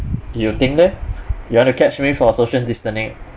you think leh you want to catch me for social distancing